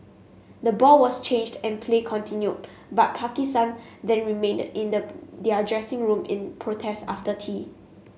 the ball was changed and play continued but Pakistan then remained in their dressing room in protest after tea